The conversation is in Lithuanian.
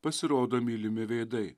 pasirodo mylimi veidai